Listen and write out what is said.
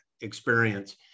experience